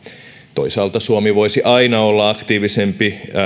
toisaalta suomi voisi aina olla aktiivisempi